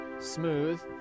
smooth